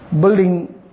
building